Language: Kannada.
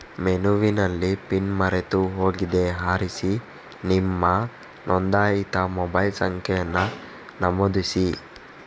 ಮೆನುವಿನಲ್ಲಿ ಪಿನ್ ಮರೆತು ಹೋಗಿದೆ ಆರಿಸಿ ನಿಮ್ಮ ನೋಂದಾಯಿತ ಮೊಬೈಲ್ ಸಂಖ್ಯೆಯನ್ನ ನಮೂದಿಸಿ